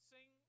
Sing